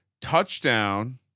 touchdown